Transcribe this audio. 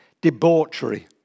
debauchery